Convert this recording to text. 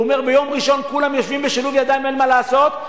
הוא אומר: ביום ראשון כולם יושבים בשילוב ידיים ואין מה לעשות,